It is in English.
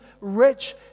rich